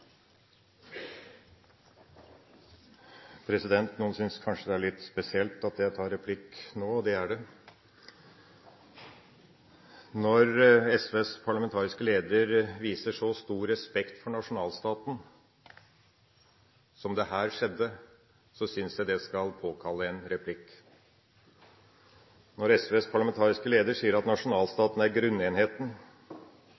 spelereglar. Noen syns kanskje det er litt spesielt at jeg tar replikk nå – og det er det! Når SVs parlamentariske leder viser så stor respekt for nasjonalstaten som det her skjedde, synes jeg det skal påkalle en replikk. Når SVs parlamentariske leder sier at